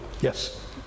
Yes